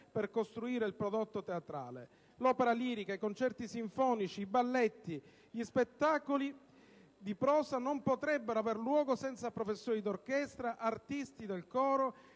per costruire il prodotto teatrale: l'opera lirica, i concerti sinfonici, i balletti, gli spettacoli di prosa non potrebbero aver luogo senza professori d'orchestra, artisti del coro,